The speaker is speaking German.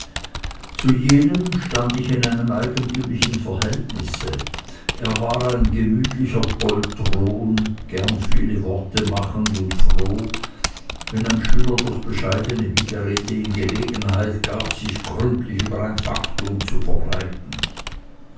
zu jenem stand ich in einem eigentümlichen verhältnisse er war ein gemütlicher poltron gern viele worte machend und froh wenn ein schüler durch bescheidene widerrede ihm gelegenheit gab sich gründlich über ein faktum zu verbreiten